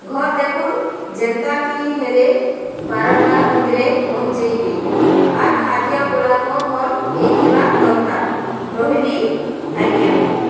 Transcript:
ଘର୍ ଦେଖୁନ୍ ଯେନ୍ତା କି ହେଲେ ବାରଟା ଭିତରେ ପହଞ୍ଚେଇବେ ଆର୍ ଖାଦ୍ୟଗୁଡ଼ାକ ଭଲ୍ ହେଇଥିବା ଦର୍କାର୍ ରହିଲି ଆଜ୍ଞା